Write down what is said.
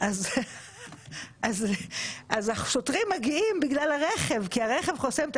אז השוטרים מגיעים בגלל הרכב כי הרכב חוסם את